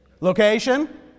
Location